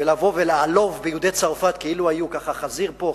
ולבוא ולעלוב ביהודי צרפת כאילו היו חזיר פה,